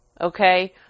Okay